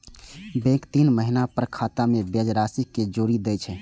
bank तीन महीना पर खाता मे ब्याज राशि कें जोड़ि दै छै